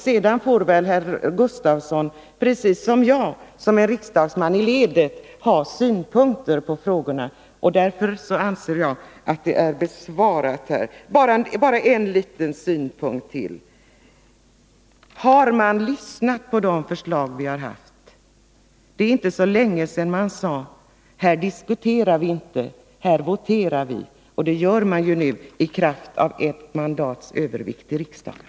Sedan får väl herr Gustavsson, precis som jag som en riksdagsman i ledet, ha synpunkter på frågorna. Därför anser jag att frågorna är besvarade. Bara en liten synpunkt till! Har man tittat på de förslag som vi lagt fram? Det är inte så länge sedan man sade: Här diskuterar vi inte, här voterar vi. Det gör man nu i kraft av ett mandats övervikt i riksdagen.